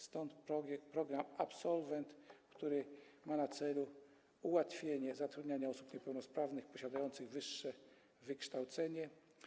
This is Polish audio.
Stąd program „Absolwent”, który ma na celu ułatwienie zatrudniania osób niepełnosprawnych posiadających wyższe wykształcenie.